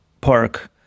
Park